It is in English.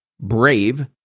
brave